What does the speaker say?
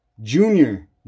Junior